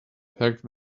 packed